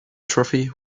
trophy